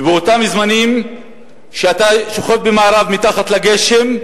ובאותם זמנים שאתה שוכב במארב בגשם,